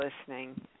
listening